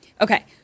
Okay